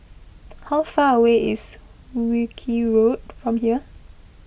how far away is Wilkie Road from here